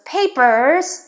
Papers